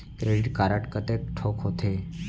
Credit card कतेक ठोक होथे?